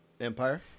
Empire